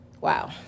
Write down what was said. Wow